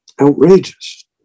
outrageous